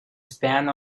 span